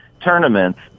tournaments